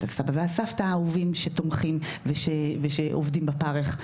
את הסבא והסבתא האהובים שתומכים ושעובדים בפרך,